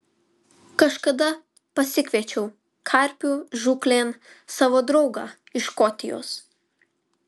kažkada pasikviečiau karpių žūklėn savo draugą iš škotijos